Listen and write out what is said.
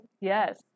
Yes